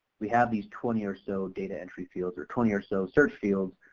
we have these twenty or so data entry fields or twenty or so search fields.